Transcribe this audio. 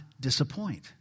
disappoint